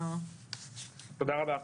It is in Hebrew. תודה רבה.